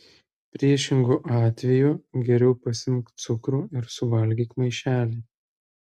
priešingu atveju geriau pasiimk cukrų ir suvalgyk maišelį